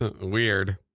Weird